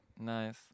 nice